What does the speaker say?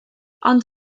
ond